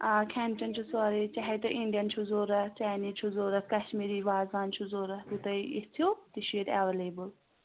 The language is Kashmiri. آ کھٮ۪ن چٮ۪ن چھُ سورُے چاہے تُہۍ اِنڈیَن چھُو ضوٚرَتھ چاینیٖز چھُ ضوٚرَتھ کشمیٖری وازوان چھُو ضوٚرَتھ یہِ تُہۍ یِژھِو تہِ چھِ ییٚتہِ ایویلیبٕل